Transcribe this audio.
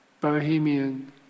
bohemian